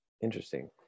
interesting